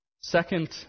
Second